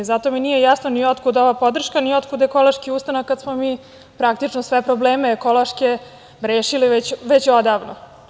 Zato mi nije jasno ni otkud ova podrška, ni otkud ekološki ustanak kada smo mi praktično sve probleme, ekološke rešili već odavno.